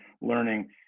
learning